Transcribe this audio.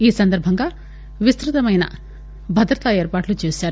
ఈ సందర్బంగా విస్తృతమైన భద్రతా ఏర్పాట్లుచేశారు